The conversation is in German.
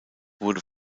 wurde